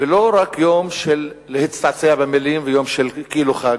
ולא רק יום של הצטעצעות במלים ויום של כאילו חג.